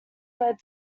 lead